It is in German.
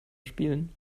spielen